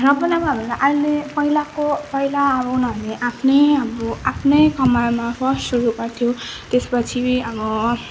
र पनि अब अहिले पहिलाको पहिला अब उनीहरूले आफ्नै अब आफ्नै कमाईमा फर्स्ट सुरु गर्थ्यो त्यसपछि अब